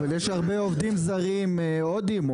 אבל יש הרבה עובדים זרים הודים,